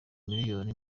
miliyoni